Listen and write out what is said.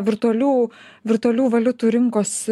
virtualių virtualių valiutų rinkos